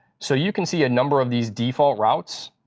so you can see a number of these default routes.